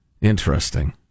Interesting